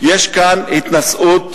יש כאן התנשאות,